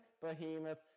behemoth